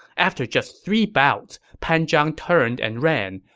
after just three bouts, pan zhang turned and ran,